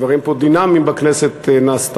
דברים פה דינמיים בכנסת,